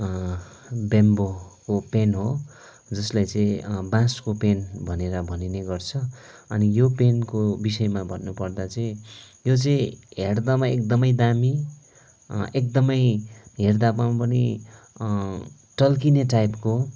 ब्याम्बोको pen हो जसलाई चाहिँ बाँसको पेन भनेर भनिने गर्छ अनि यो पेनको विषयमा भन्नुपर्दा चाहिँ यो चाहिँ हेर्दामा एकदमै दामी एकदमै हेर्दामा पनि टल्किने टाइपको